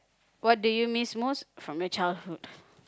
what do you miss most from your childhood